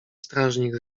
strażnik